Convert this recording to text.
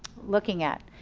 looking at.